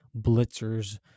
blitzers